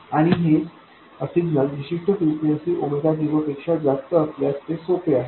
आणि हे सिग्नल विशिष्ट फ्रिक्वेन्सी 0पेक्षा जास्त असल्यास ते सोपे आहे